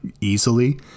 easily